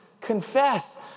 confess